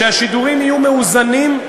שהשידורים יהיו מאוזנים.